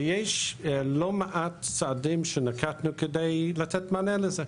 ויש לא מעט צעדים שנקטנו כדי לתת מענה לזה.